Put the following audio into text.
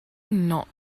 not